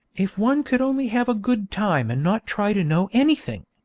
if one could only have a good time and not try to know anything!